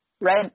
red